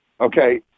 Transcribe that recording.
Okay